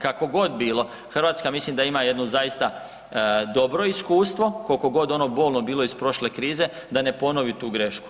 Kako god bilo, Hrvatska ja mislim da ima jednu zaista dobro iskustvo, kolko god ono bolno bilo iz prošle krize, da ne ponovi tu grešku.